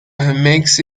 makes